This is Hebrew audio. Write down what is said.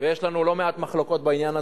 ויש לנו לא מעט מחלוקות בעניין הזה,